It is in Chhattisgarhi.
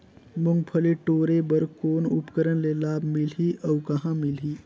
मुंगफली टोरे बर कौन उपकरण ले लाभ मिलही अउ कहाँ मिलही?